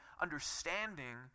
understanding